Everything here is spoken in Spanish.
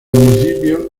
municipio